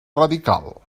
radical